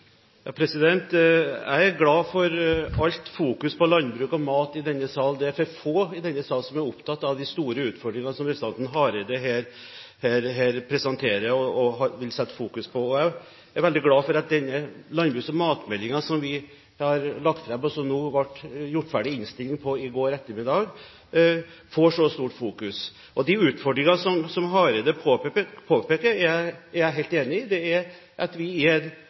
Jeg er glad for all fokusering på landbruk og mat i denne sal. Det er for få i denne sal som er opptatt av de store utfordringene som representanten Hareide her presenterer og vil fokusere på. Jeg er veldig glad for at denne landbruks- og matmeldingen som vi har lagt fram, får så stor oppmerksomhet. Innstillingen ble gjort ferdig i går ettermiddag. De utfordringene som Hareide påpeker, er jeg helt enig i. Det er at vi i en verden som har utfordringer når det gjelder klima, i en verden der mange sulter, skal vi også produsere mat i Norge. Jeg er